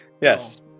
Yes